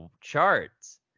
charts